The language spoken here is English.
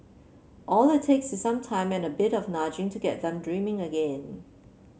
all it takes is some time and a bit of nudging to get them dreaming again